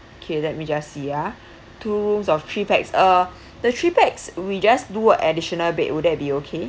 okay let me just see a'ah two rooms of three pax uh the three pax we just do additional bed would there be okay